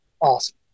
Awesome